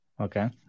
Okay